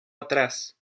atrás